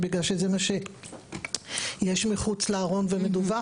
זה בגלל שזה מה שיש מחוץ לארון ומדווח